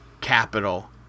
capital